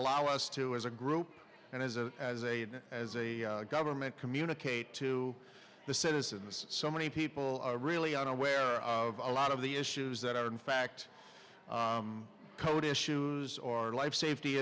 allow us to as a group and as a as a as a government communicate to the citizens so many people are really unaware of a lot of the issues that are in fact code issues or life safety